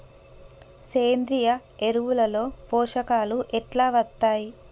సేంద్రీయ ఎరువుల లో పోషకాలు ఎట్లా వత్తయ్?